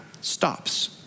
stops